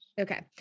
Okay